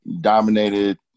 dominated